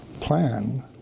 plan